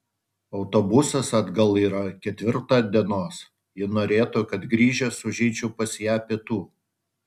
autobusas atgal yra ketvirtą dienos ji norėtų kad grįžęs užeičiau pas ją pietų